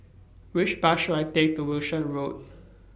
Which Bus should I Take to Wishart Road